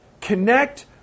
Connect